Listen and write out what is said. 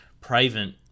private